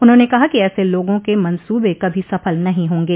उन्होंने कहा कि ऐसे लोगों के मंसूबे कभी सफल नहीं होंगे